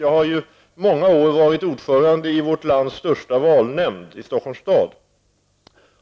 Jag har under många år varit ordförande i vårt lands största valnämnd, nämligen Stockholms stad.